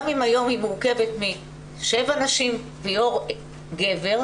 גם אם היום היא מורכבת משבע נשים ויו"ר גבר,